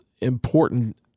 important